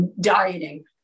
dieting